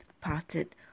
potted